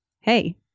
hey